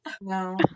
no